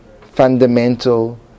fundamental